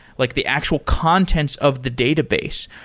like the actual contents of the database.